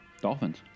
dolphins